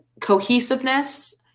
cohesiveness